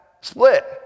split